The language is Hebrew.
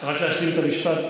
רק להשלים את המשפט,